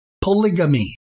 polygamy